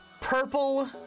purple